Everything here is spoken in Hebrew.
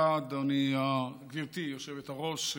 תודה, גברתי היושבת-ראש.